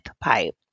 pipe